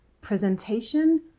presentation